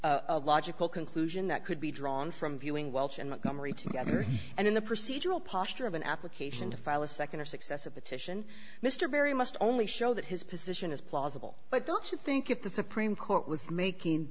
is a logical conclusion that could be drawn from viewing welsh in montgomery together and in the procedural posture of an application to file a nd or successive petition mr barry must only show that his position is plausible but don't you think if the supreme court was making